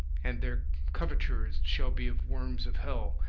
and their covertures shall be of worms of hell.